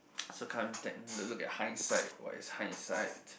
look look at hindsight what is hindsight